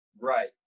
Right